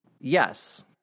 Yes